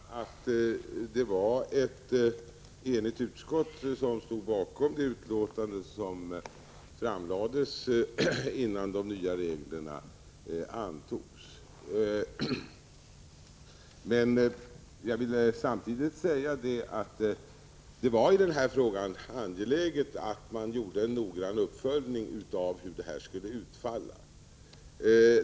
Fru talman! Det är riktigt att det var ett enigt utskott som stod bakom det betänkande som låg till grund för beslutet om de nya reglerna. Men jag vill samtidigt säga att man bedömde det som angeläget med en noggrann uppföljning av hur det hela skulle komma att utfalla.